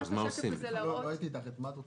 על איזה